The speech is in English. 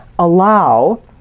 allow